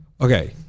Okay